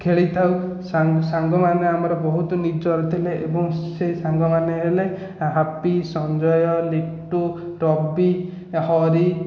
ଖେଳିଥାଉ ସାଙ୍ଗ ସାଙ୍ଗମାନେ ଆମର ବହୁତ ନିଜର ଥିଲେ ଏବଂ ସେହି ସାଙ୍ଗମାନେ ହେଲେ ହାପି ସଞ୍ଜୟ ଲିଟୁ ତପି ହରି